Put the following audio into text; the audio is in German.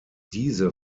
diese